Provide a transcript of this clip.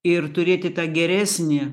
ir turėti tą geresnį